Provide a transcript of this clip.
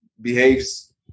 behaves